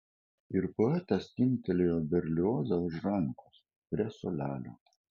ir poetas timptelėjo berliozą už rankos prie suolelio